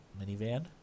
minivan